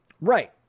Right